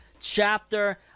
chapter